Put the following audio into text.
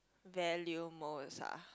value most ah